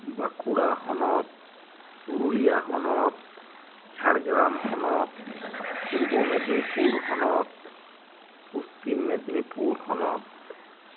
ᱵᱟᱸᱠᱩᱲᱟ ᱦᱚᱱᱚᱛ ᱯᱩᱨᱩᱞᱤᱭᱟ ᱦᱚᱱᱚᱛ ᱡᱷᱟᱲᱜᱨᱟᱢ ᱦᱚᱱᱚᱛ ᱯᱩᱨᱵᱚ ᱢᱮᱫᱽᱱᱤᱯᱩᱨ ᱦᱚᱱᱚᱛ ᱯᱚᱥᱪᱤᱢ ᱢᱮᱫᱽᱱᱤᱯᱩᱨ ᱦᱚᱱᱚᱛ